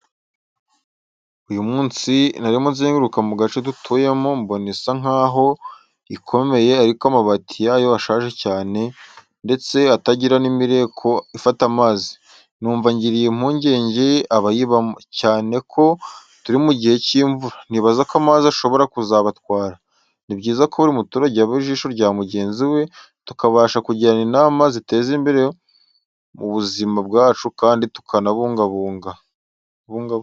Uyu munsi, narimo nzenguruka mu gace dutuyemo, mbona inzu isa nk’aho ikomeye ariko amabati yayo ashaje cyane, ndetse atagira n’imireko ifata amazi. Numva ngiriye impungenge abayibamo, cyane ko turi mu gihe cy’imvura, nibaza ko amazi ashobora kuzabatwara. Ni byiza ko buri muturage aba ijisho rya mugenzi we, tukabasha kugirana inama ziteza imbere ubuzima bwacu kandi tunabubungabunga.